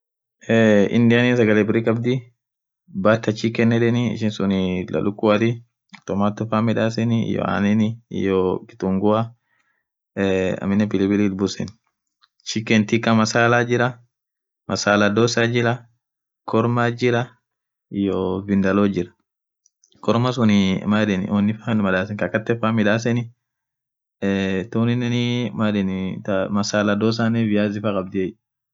Indian sagale birri khabdhii batter chicken yedheni ishin suun thaa lukiathi tomato fan midhaseni iyo anenn iyo kitungua ee aminen pilipili itbusen chicken tik Kaa masalth Jira masala dhozer jira kormaa jira iyoo vindalojin kormaaa suuni manyedhen unifaa midhasen Kaa akhan tape midhaseni eee tunninen maan yedheni thaa masala dhozer thanen viazifaa khabdhiye